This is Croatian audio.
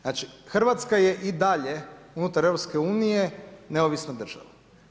Znači Hrvatska je i dalje unutar EU-a neovisna država.